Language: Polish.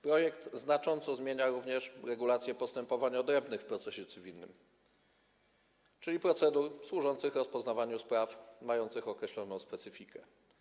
Projekt znacząco zmienia również regulacje postępowań odrębnych w procesie cywilnym, czyli procedur służących rozpoznawaniu spraw mających określoną specyfikę.